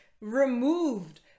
removed